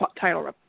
title